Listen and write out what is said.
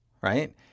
Right